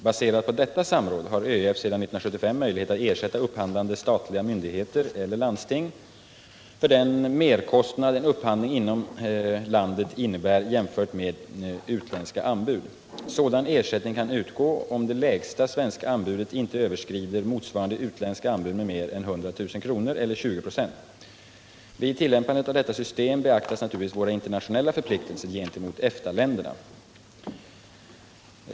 Baserat på detta samråd har ÖEF sedan 1975 möjlighet att ersätta upphandlande statliga myndigheter eller landsting för den merkostnad en upphandling inom landet innebär jämfört med utländska anbud. Sådan ersättning kan utgå om det lägsta svenska anbudet inte överskrider motsvarande utländska anbud med mer än 100 000 kr. eller 20 96. Vid tillämpandet av detta system beaktas naturligtvis våra internationella förpliktelser gentemot EFTA-länderna.